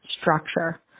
structure